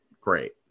great